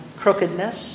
crookedness